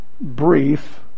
brief